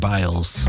Biles